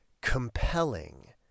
compelling